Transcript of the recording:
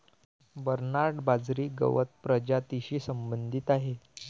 Bernard बाजरी गवत प्रजातीशी संबंधित आहे